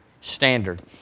standard